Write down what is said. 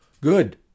Good